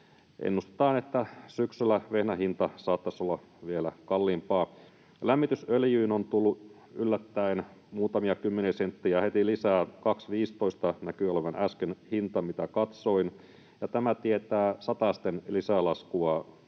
ennustetaan, että syksyllä vehnä saattaisi olla vielä kalliimpaa. Lämmitysöljyyn on tullut yllättäen muutamia kymmeniä senttejä heti lisää — 2,15 näkyi olevan äsken hinta, kun katsoin, ja tämä tietää satasten lisälaskua